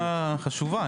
לא, זו דווקא נקודה חשובה.